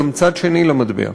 גם צד שני למטבע,